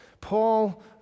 Paul